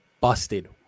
busted